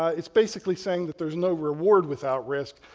it's basically saying that there's no reward without risk.